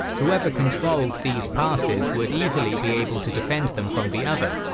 whoever controlled these passes would easily be able to defend them from the other,